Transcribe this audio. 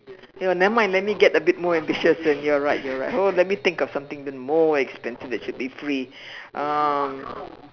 you will nevermind let me get a bit more ambitious and you're right you're right hold on let me think of something even more expensive that should be free um